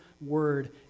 word